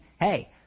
hey